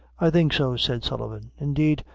i think so, said sullivan. indeed,